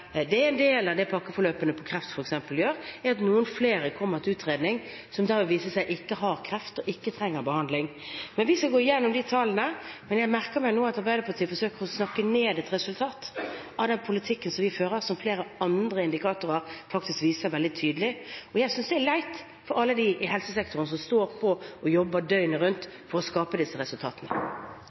Det er en del av det pakkeforløpet for kreft f.eks. gjør: Noen flere som viser seg ikke å ha kreft og ikke trenger behandling, kommer til utredning. Vi skal gå gjennom disse tallene, men jeg merker meg nå at Arbeiderpartiet forsøker å snakke ned et resultat av den politikken vi fører, og som flere indikatorer faktisk viser veldig tydelig. Jeg synes det er leit for alle i helsesektoren som står på og jobber døgnet rundt for å skape disse resultatene.